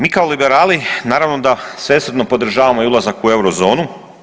Mi kao liberali, naravno da svesrdno podržavamo i ulazak u euro zonu.